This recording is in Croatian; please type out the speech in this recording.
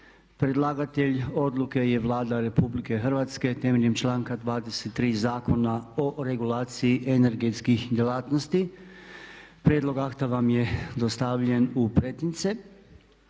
Predlagatelj Odluke je Vlada Republike Hrvatske temeljem članka 23. Zakona o regulaciji energetskih djelatnosti. Prijedlog akta vam je dostavljen u pretince.